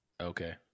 Okay